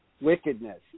wickedness